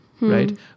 right